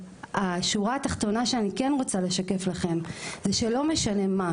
השורה התחתונה שאני כן רוצה לשקף לכם זה שלא משנה מה,